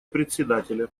председателя